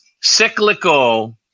cyclical